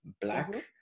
black